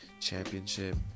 championship